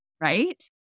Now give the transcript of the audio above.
right